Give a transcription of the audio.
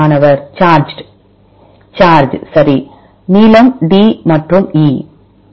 மாணவர் charged charge சரி நீலம் D மற்றும் E